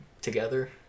together